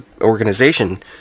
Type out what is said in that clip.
organization